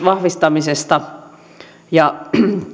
vahvistamisesta ja